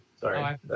Sorry